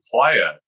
player